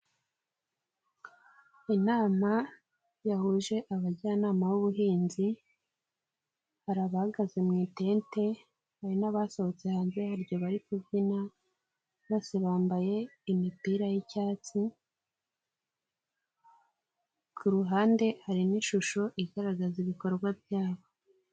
Inama yahuje abajyanama b'ubuhinzi, hari abahagaze mu itente, hari n'abasohotse hanze yaryo bari kubyina, bose bambaye imipira y'icyatsi, ku ruhande hari n'ishusho igaragaza ibikorwa byabo.